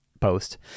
post